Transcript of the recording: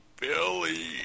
Billy